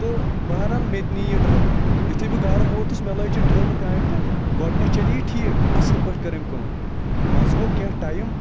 تہٕ بہرحال مےٚ تہِ نِیہِ یہِ ڈرٛل یُتھُے بہٕ گَرٕ ووتُس مےٚ لٲج یہِ ڈرٛل کامہِ پیٚٹھ گۄڈنیٚتھ چلے یہِ ٹھیٖک اصٕل پٲٹھۍ کٔر أمۍ کٲم مَنٛزٕ گوٚو کیٚنٛہہ ٹایِم